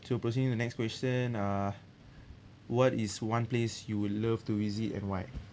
so proceeding to the next question uh what is one place you would love to visit and why